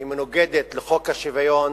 היא מנוגדת לחוק השוויון